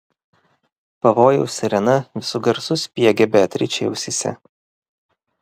pavojaus sirena visu garsu spiegė beatričei ausyse